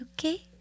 okay